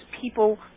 people